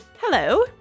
Hello